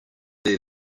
their